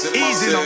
easy